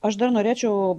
aš dar norėčiau